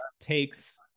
takes